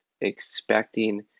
expecting